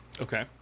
Okay